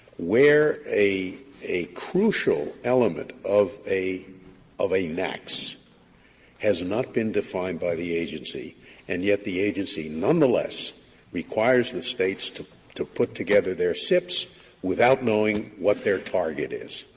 where a a crucial element of a of a naaqs has not been defined by the agency and yet the agency nonetheless requires the states to to put together their sips without knowing what their target is?